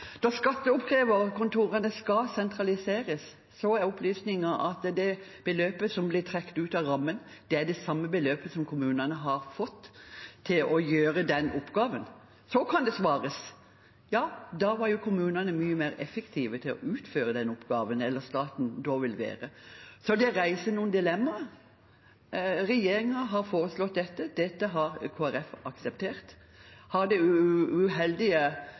da var jo kommunene mye mer effektive til å utføre den oppgaven enn det staten vil være. Så det reiser noen dilemmaer. Regjeringen har foreslått dette, og dette har Kristelig Folkeparti akseptert. Har det uheldige